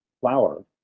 flower